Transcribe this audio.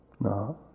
No